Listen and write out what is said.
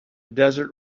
desert